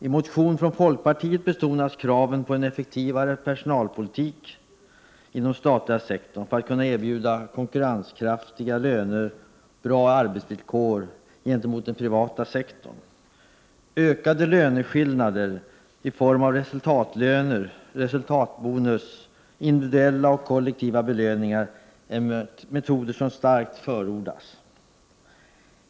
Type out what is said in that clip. I motion från folkpartiet betonas kraven på en effektivare personalpolitik inom statliga sektorn för att man skall kunna erbjuda konkurrenskraftiga löner och bra arbetsvillkor gentemot den privata sektorn. Ökade löneskillnader i form av resultatlöner och resultatbonus, individuella och kollektiva belöningar är metoder som starkt förordas.